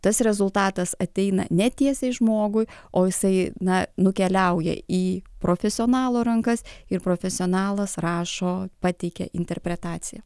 tas rezultatas ateina ne tiesiai žmogui o jisai na nukeliauja į profesionalo rankas ir profesionalas rašo pateikia interpretaciją